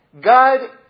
God